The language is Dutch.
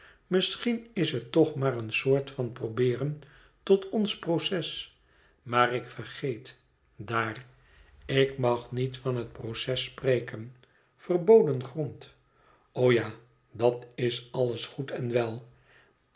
misschien is het toch maar een soort van probeeren tot ons proces maar ik vergeet daar ik mag niet van het proces spreken verboden grond o ja dat is alles goed en wel